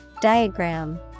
Diagram